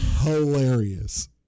hilarious